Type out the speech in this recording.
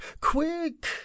Quick